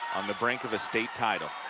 on the brink of a state title